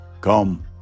Come